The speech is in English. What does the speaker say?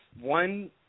one